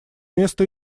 место